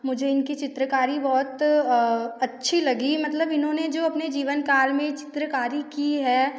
मुझे इनकी चित्रकारी बहुत अच्छी लगी मतलब इन्होंने जो अपने जीवनकाल में चित्रकारी की है